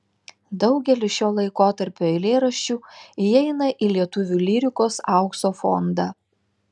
daugelis šio laikotarpio eilėraščių įeina į lietuvių lyrikos aukso fondą